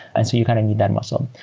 and so you kind of need that muscle.